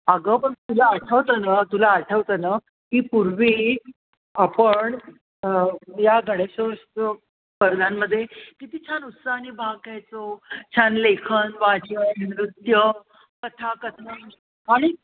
अगं पण तुला आठवतं ना तुला आठवतं ना की पूर्वी आपण या गणेशोत्सव स्पर्धांमध्ये किती छान उत्साहाने भाग घ्यायचो छान लेखन वाचन नृत्य कथाकथन आणि